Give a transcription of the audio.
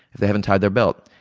if they haven't tied their belt,